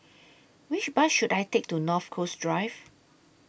Which Bus should I Take to North Coast Drive